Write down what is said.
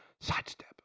Sidestep